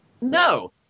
no